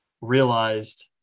realized